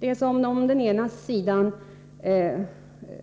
Här påstås det att den ena sidan —